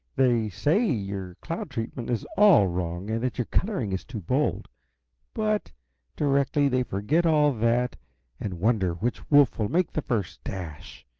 they say your cloud treatment is all wrong, and that your coloring is too bold but directly they forget all that and wonder which wolf will make the first dash,